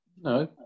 No